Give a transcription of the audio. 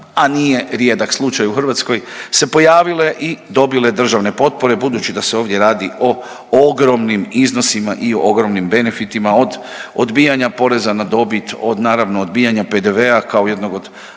a nije rijedak slučaj u Hrvatskoj, se pojavile i dobile državne potpore budući da se ovdje radi o ogromnim iznosima i ogromnim benefitima od odbijanja poreza na dobit, od naravno odbijanja PDV-a kao jednog od